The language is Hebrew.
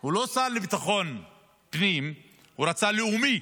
הוא לא שר לביטחון פנים, הוא רצה לאומי,